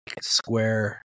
square